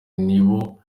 nibo